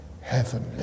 heavenly